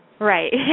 Right